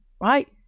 right